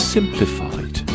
Simplified